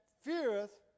feareth